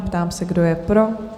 Ptám se, kdo je pro?